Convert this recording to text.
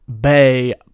Bay